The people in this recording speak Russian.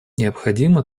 необходимо